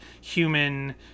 human